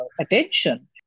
attention